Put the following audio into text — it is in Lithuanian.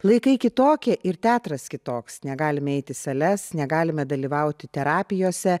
laikai kitokie ir teatras kitoks negalime eiti į sales negalime dalyvauti terapijose